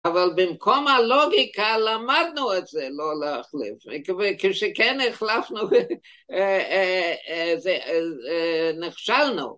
אבל במקום הלוגיקה, למדנו את זה, לא להחליף. כשכן החלפנו, אא אא זה אא נכשלנו.